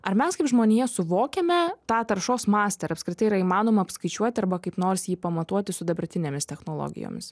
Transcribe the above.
ar mes kaip žmonija suvokiame tą taršos mastą ar apskritai yra įmanoma apskaičiuoti arba kaip nors jį pamatuoti su dabartinėmis technologijomis